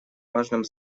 важном